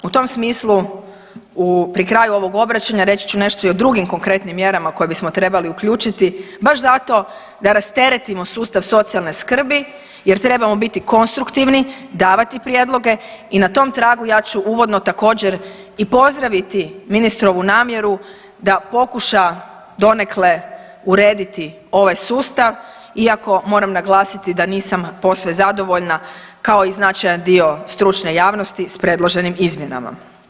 U tom smislu pri kraju ovog obraćanja reći ću nešto i o drugim konkretnim mjerama koje bismo trebali uključiti baš zato da rasteretimo sustav socijalne skrbi jer trebamo biti konstruktivni, davati prijedloge i na tom tragu ja ću uvodno također i pozdraviti ministrovu namjeru da pokuša donekle urediti ovaj sustav iako moram naglasiti da nisam posve zadovoljna kao i značajan dio stručne javnosti s predloženim izmjenama.